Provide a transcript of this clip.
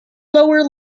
lower